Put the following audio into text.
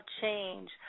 change